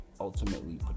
ultimately